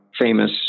famous